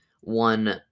one